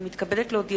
אני מתכבדת להודיעכם,